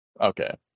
Okay